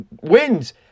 wins